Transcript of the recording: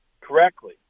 correctly